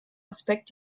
aspekt